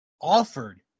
offered